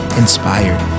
inspired